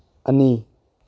ꯑꯅꯤ